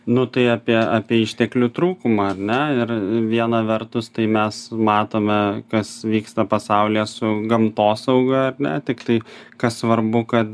nu tai apie apie išteklių trūkumą ar ne ir viena vertus tai mes matome kas vyksta pasaulyje su gamtosauga ar ne tiktai kas svarbu kad